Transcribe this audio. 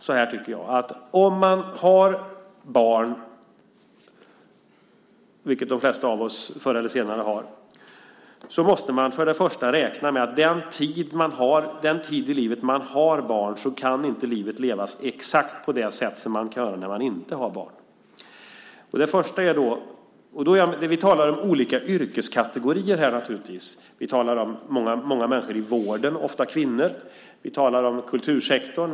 Så här tycker jag: Om man har barn, vilket de flesta av oss förr eller senare får, måste man för det första räkna med att livet under den tid som man har barn inte kan levas exakt på det sätt som när man inte har barn. Vi talar om olika yrkeskategorier här. Vi talar om människor i vården, ofta kvinnor. Vi talar om kultursektorn.